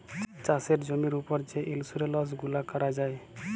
চাষের জমির উপর যে ইলসুরেলস গুলা ক্যরা যায়